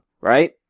right